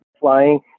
flying